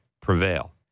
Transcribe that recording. prevail